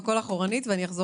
אחרים.